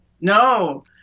No